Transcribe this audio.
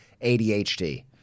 ADHD